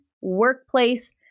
workplace